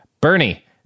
Bernie